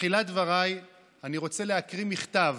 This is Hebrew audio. בתחילת דבריי אני רוצה להקריא מכתב